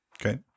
Okay